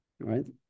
right